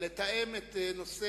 אין מתנגדים ואין